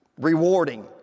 rewarding